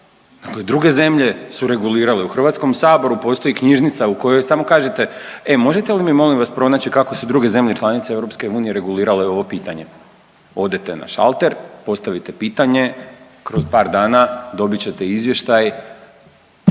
To i druge zemlje su regulirale. U Hrvatskom saboru postoji knjižnica u kojoj samo kažete, e molim vas možete li molim vas pronaći kako su druge zemlje članice EU regulirale ovo pitanje, odete na šalter, postavite pitanje, kroz par dana dobit ćete izvještaj